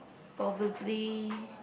probably